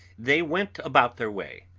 they went about their way,